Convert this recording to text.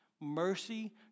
Mercy